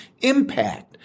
impact